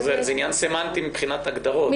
זה עניין סמנטי מבחינת הגדרות.